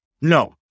No